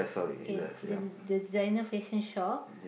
okay the the the designer fashion shop